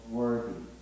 worthy